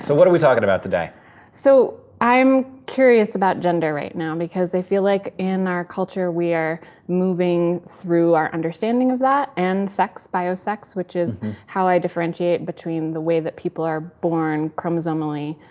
so what are we talking about today? ld so, i'm curious about gender right now, because i feel like, in our culture, we are moving through our understanding of that and sex, bio sex, which is how i differentiate between the way that people are born chromosomally,